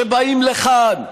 שבאים לכאן,